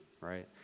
right